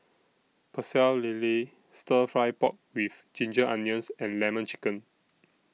Pecel Lele Stir Fry Pork with Ginger Onions and Lemon Chicken